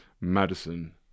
Madison